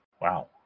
Wow